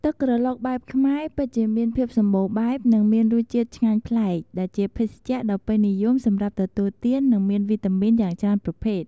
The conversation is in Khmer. ទឹកក្រឡុកបែបខ្មែរ ពិតជាមានភាពសម្បូរបែប និងមានរសជាតិឆ្ងាញ់ប្លែក ដែលជាភេសជ្ជៈដ៏ពេញនិយមសម្រាប់ទទួលទាន និងមានវីតាមីនយ៉ាងច្រើនប្រភេទ។